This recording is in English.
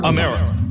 America